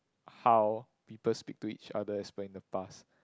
how people speak to each other as when the past